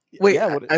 wait